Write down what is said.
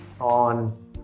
on